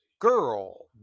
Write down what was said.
girl